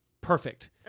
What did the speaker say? perfect